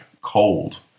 cold